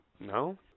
No